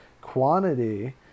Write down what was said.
Quantity